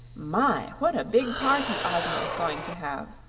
my! what a big party ozma is going to have,